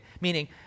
Meaning